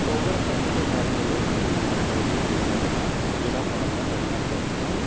ஒவ்வொரு பண்டிகை காலங்கள்லேயும் பண்டிகை நாட்களிலேயும் வந்து பார்த்திங்கன்னா விழாக்கோலம் தான் தமிழ்நாட்டுல இருக்கும்